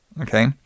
Okay